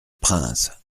prince